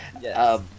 Yes